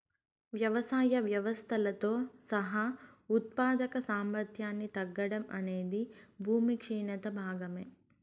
వ్యవసాయ వ్యవస్థలతో సహా ఉత్పాదక సామర్థ్యాన్ని తగ్గడం అనేది భూమి క్షీణత భాగమే